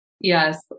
Yes